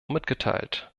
mitgeteilt